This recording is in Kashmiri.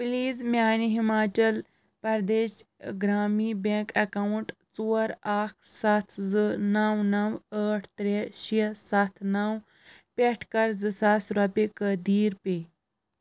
پٕلیٖز میٛانہِ ہِماچل پرٛدیش گرٛامیٖن بیٚنٛک اکاونٹ ژور اکھ ستھ زٕ نو نو آٹھ ترٛےٚ شےٚ ستھ نو پیٚٹھ کَر زٕ ساس رۄپیہِ قٔدیٖر پیےَ